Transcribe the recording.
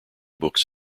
books